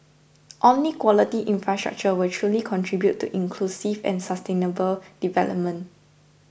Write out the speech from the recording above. only quality infrastructure will truly contribute to inclusive and sustainable development